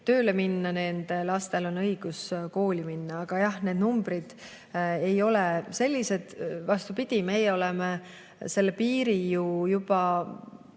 tööle minna, nende lastel on õigus kooli minna. Aga jah, need numbrid ei ole sellised. Vastupidi, meie oleme oma piiri ju